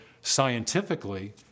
scientifically